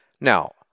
Now